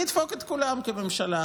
אני אדפוק את כולם כממשלה,